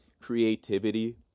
creativity